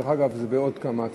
ראשונת